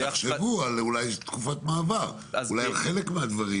תחשבו אולי על תקופת מעבר, אולי על חלק מהדברים.